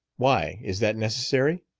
why, is that necessary?